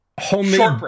Homemade